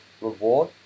reward